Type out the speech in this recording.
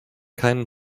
keinen